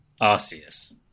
Arceus